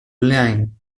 line